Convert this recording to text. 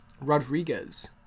Rodriguez